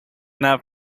that